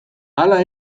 hala